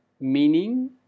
meaning